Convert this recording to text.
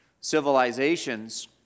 civilizations